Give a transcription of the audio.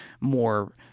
more